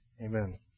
amen